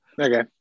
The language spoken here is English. Okay